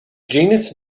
genus